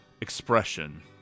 expression